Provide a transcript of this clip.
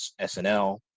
SNL